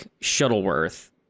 Shuttleworth